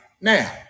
now